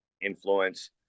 influence